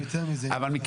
אבל,